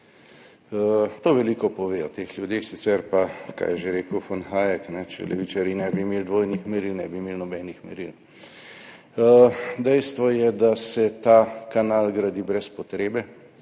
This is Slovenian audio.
To veliko pove o teh ljudeh. Sicer pa, kaj je že rekel von Hayek? Če levičarji ne bi imeli dvojnih meril, ne bi imeli nobenih meril. Dejstvo je, da se ta kanal gradi brez potrebe,